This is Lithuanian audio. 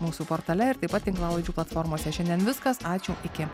mūsų portale ir taip pat tinklalaidžių platformose šiandien viskas ačiū iki